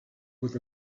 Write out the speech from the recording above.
with